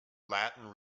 latin